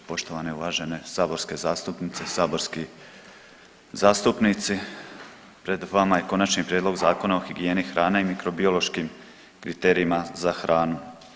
Poštovane i uvažene saborske zastupnice, saborski zastupnici pred vama je Konačni prijedlog Zakona o higijeni hrane i mikrobiološkim kriterijima za hranu.